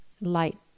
light